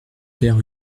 père